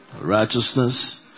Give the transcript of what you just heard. righteousness